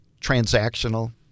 transactional